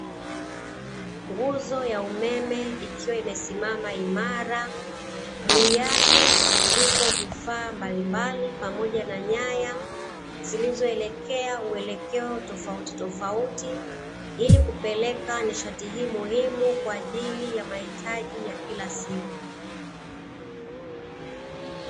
Nguzo ya umeme ikiwa imesimama imara. Juu yake vipo vifaa mbalimbali, pamoja na nyaya zilizoelekea uelekeo tofautitofauti, ili kupeleka nishati hii muhimu kwa ajili ya mahitaji ya kila siku.